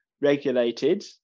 regulated